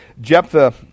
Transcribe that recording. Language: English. Jephthah